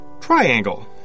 triangle